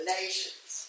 nations